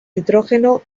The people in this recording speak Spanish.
nitrógeno